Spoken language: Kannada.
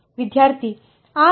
ವಿದ್ಯಾರ್ಥಿ R dl